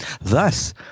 Thus